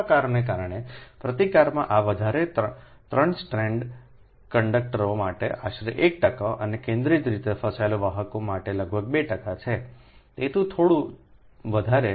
સર્પાકારને કારણે પ્રતિકારમાં આ વધારો ત્રણ સ્ટ્રાન્ડ કંડકટરો માટે આશરે 1 અને કેન્દ્રિત રીતે ફસાયેલા વાહકો માટે લગભગ 2 ટકા છેતેથી થોડું વધારે